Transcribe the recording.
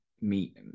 meet